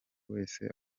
wese